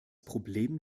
problem